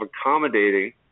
accommodating